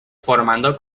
formando